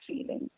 feeling